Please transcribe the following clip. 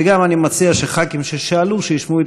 וגם אני מציע שחברי כנסת ששאלו ישמעו את